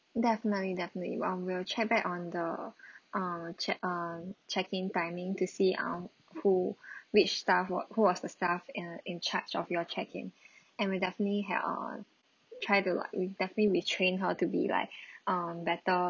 definitely definitely well we'll check back on the err check uh check in timing to see um who which staff wa~ who was the staff err in charge of your check in and we'll definitely help on try to we'll definitely retrain her to be like um better